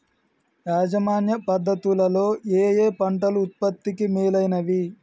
యాజమాన్య పద్ధతు లలో ఏయే పంటలు ఉత్పత్తికి మేలైనవి?